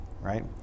right